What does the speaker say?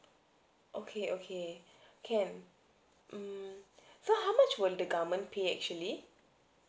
okay okay can mm so how much will the government pay actually